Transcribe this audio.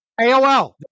AOL